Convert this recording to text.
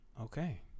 okay